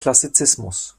klassizismus